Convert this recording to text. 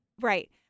Right